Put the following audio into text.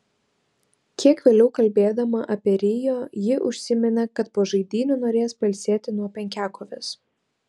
kiek vėliau kalbėdama apie rio ji užsiminė kad po žaidynių norės pailsėti nuo penkiakovės